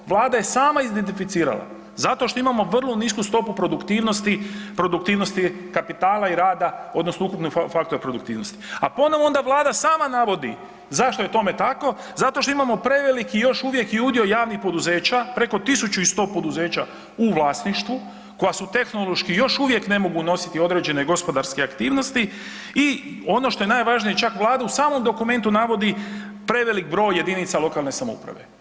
Vlada je sama identificirala, zato što imamo vrlo nisku stopu produktivnosti, produktivnosti kapitala i rada odnosno ukupni faktor produktivnosti, a ponovo onda Vlada sama navodi zašto je tome tako, zato što imamo preveliki još uvijek i udio javnih poduzeća preko 1.100 poduzeća u vlasništvu koja su tehnološki još uvijek ne mogu nositi određene gospodarske aktivnosti i ono što je najvažnije čak Vlada u samom dokumentu navodi prevelik broj jedinica lokalne samouprave.